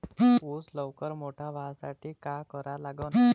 ऊस लवकर मोठा व्हासाठी का करा लागन?